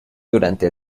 durante